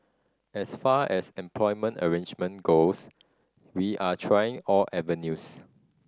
as far as employment arrangement goes we are trying all avenues